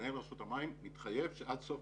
שמנהל רשות המים מתחייב שעד סוף